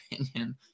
opinion